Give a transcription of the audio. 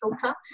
filter